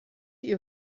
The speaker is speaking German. ihr